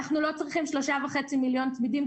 אנחנו לא צריכים 3.5 מיליון צמידים,